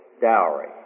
dowry